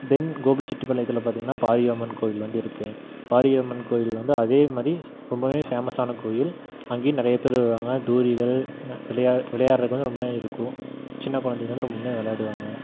தென் கோபிச்செட்டிப்பாளையத்தில் பார்த்திங்கன்னா பாரி அம்மன் கோவில் வந்து இருக்கு பாரி அம்மன் கோயில் வந்து அதே மாதிரி ரொம்பவுமே ஃபேமஸான கோயில் அங்கே நிறைய பேர் வருவாங்க தூரிகள் விளையா விளையாடுறதுக்கு வந்து ரொம்பவுமே இருக்கும் சின்ன குழந்தைங்க வந்து ரொம்பவுமே விளையாடுவாங்க